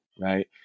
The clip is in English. right